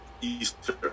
Easter